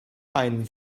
einen